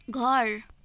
घर